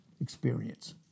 Experience